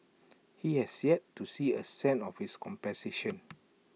he has yet to see A cent of his compensation